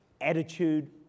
Attitude